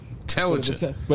Intelligent